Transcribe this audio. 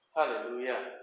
Hallelujah